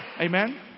Amen